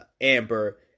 Amber